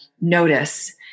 notice